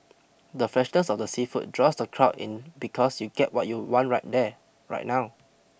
the freshness of the seafood draws the crowd in because you'll get what you want right there right now